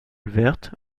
verte